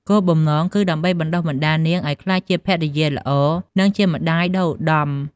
គោលបំណងគឺដើម្បីបណ្តុះបណ្តាលនាងឱ្យក្លាយជា ភរិយាល្អ និង ម្តាយដ៏ឧត្តម។